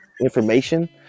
information